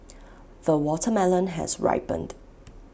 the watermelon has ripened